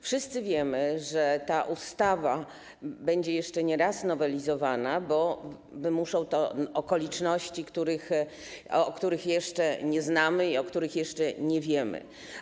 Wszyscy wiemy, że ta ustawa będzie jeszcze nie raz nowelizowana, bo wymuszą to okoliczności, których jeszcze nie znamy i o których jeszcze nie wiemy.